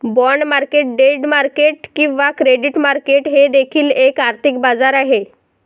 bond market debt market किंवा credit market हे देखील एक आर्थिक बाजार आहे